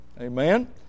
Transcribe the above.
Amen